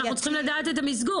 אנחנו צריכים לדעת את המסגור,